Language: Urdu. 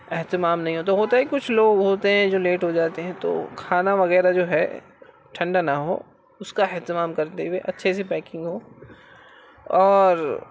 اہتمام نہیں ہے تو ہوتا ہے کچھ لوگ ہوتے ہیں جو لیٹ ہو جاتے ہیں تو کھانا وغیرہ جو ہے ٹھنڈہ نہ ہو اس کا اہتمام کرتے ہوئے اچھے سے پیکنگ ہو اور